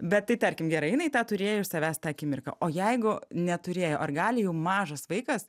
bet tai tarkim gerai jinai tą turėjo iš savęs tą akimirką o jeigu neturėjo ar gali jau mažas vaikas